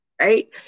Right